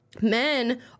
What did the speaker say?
Men